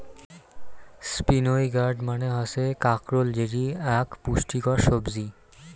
spiny gourd মানে হসে কাঁকরোল যেটি আক পুষ্টিকর সবজি